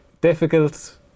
Difficult